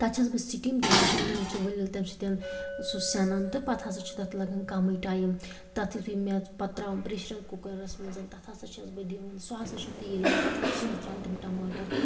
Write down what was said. تَتھ چھَس بہٕ سِٹیٖم دِوان تِمَن چھِ ؤلۍ ؤلۍ تٔمۍ سۭتۍ سُہ سٮ۪نان تہٕ پتہٕ ہسا چھِ تَتھ لَگَن کَمٕے ٹایِم تَتھ یُتھٕے مےٚ پتہٕ تراوان پریشَر کُکَرَس منٛز تَتھ ہسا چھِس بہٕ دِوان سُہ ہسا چھِ تیٖل یِوان پتہٕ ہسا چھِسَس تراوان تِم ٹماٹَر